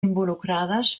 involucrades